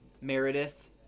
Meredith